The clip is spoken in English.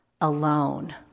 alone